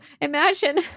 imagine